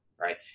right